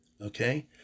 Okay